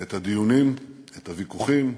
את הדיונים, את הוויכוחים,